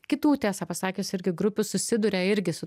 kitų tiesą pasakius irgi grupių susiduria irgi su